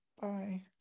bye